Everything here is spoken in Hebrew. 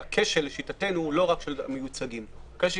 הכשל לשיטתנו הוא לא רק של המיוצגים אלא גם